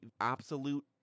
absolute